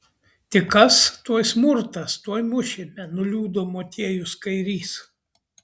tik kas tuoj smurtas tuoj mušime nuliūdo motiejus kairys